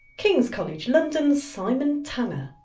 king's college london's simon tanner.